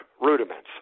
rudiments